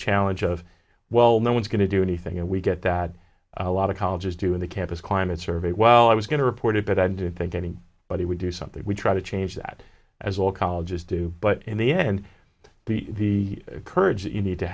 challenge of well no one's going to do anything and we get that a lot of colleges doing the campus climate survey well i was going to report it but i do think getting but he would do something we try to change that as all colleges do but in the end the courage that you need to